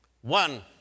One